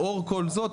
לאור כל זאת,